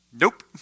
Nope